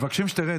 מבקשים שתרד,